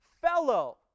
fellow